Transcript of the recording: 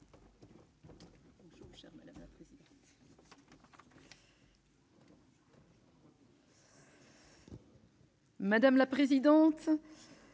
Madame la présidente,